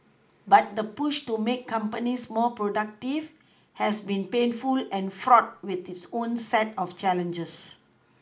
but the push to make companies more productive has been painful and fraught with its own set of challenges